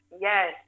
yes